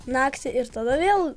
naktį ir tada vėl